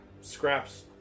scraps